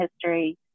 history